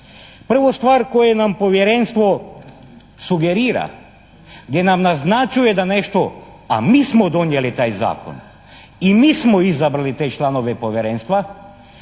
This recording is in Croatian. Prvu stvar koju nam Povjerenstvo sugerira, gdje nam naznačuje da nešto, a mi smo donijeli taj zakon i mi smo izabrali te članove Povjerenstva.